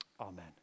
Amen